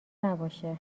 نباشه